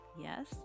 Yes